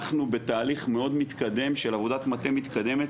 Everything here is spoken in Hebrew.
אנחנו בתהליך מאוד מתקדם של עבודת מטה מתקדמת